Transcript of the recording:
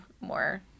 more